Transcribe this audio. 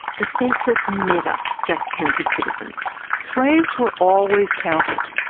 the census never just counted citizens. slaves were always counted.